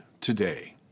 today